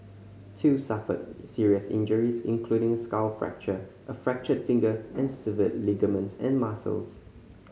two suffered serious injuries including a skull fracture a fractured finger and severed ligaments and muscles